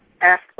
ask